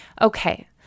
Okay